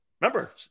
Remember